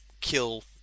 kill